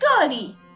story